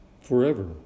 forever